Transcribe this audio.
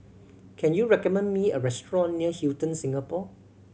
can you recommend me a restaurant near Hilton Singapore